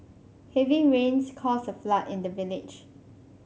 heavy rains caused a flood in the village